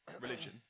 religion